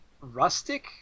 rustic